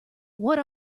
what